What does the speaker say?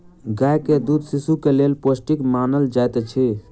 गाय के दूध शिशुक लेल पौष्टिक मानल जाइत अछि